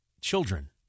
children